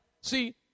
see